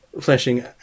flashing